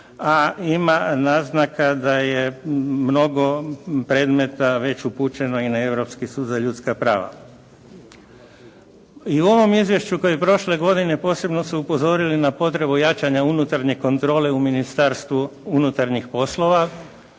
a ima naznaka da je mnogo predmeta već upućeno i na Europski sud za ljudska prava. I u ovom izvješću kao i prošle godine posebno su upozorili na potrebu jačanja unutarnje kontrole u Ministarstvu unutarnjih poslova